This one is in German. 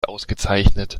ausgezeichnet